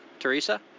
Teresa